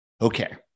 Okay